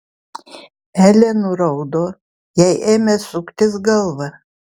elė nuraudo jai ėmė suktis galva